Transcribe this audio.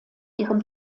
ihren